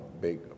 big